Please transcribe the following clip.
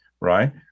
Right